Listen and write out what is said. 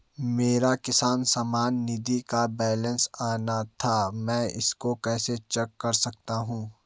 मेरा किसान सम्मान निधि का बैलेंस आना था मैं इसको कैसे चेक कर सकता हूँ?